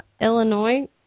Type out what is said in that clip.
illinois